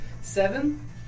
Seven